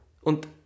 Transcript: Und